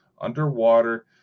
underwater